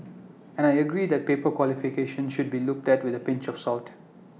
and I agree that paper qualifications should be looked at with A pinch of salt